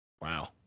Wow